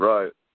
Right